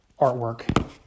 artwork